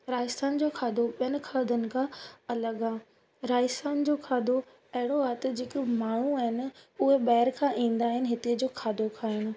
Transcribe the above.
राजस्थान जो खाधो ॿेअनि खाधनि खां अलॻि आहे राजस्थान जो खाधो अहिड़ो आहे त जेके उहे माण्हू आहिनि उहे ॿाहिरि खां ईंदा आहिनि हिते जो खाधो खाइणु